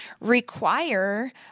require